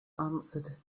answered